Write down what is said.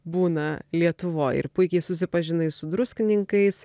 būna lietuvoj ir puikiai susipažinai su druskininkais